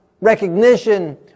recognition